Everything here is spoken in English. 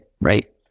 right